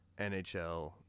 NHL